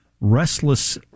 restless